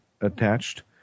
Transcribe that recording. attached